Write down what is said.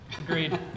agreed